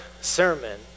sermon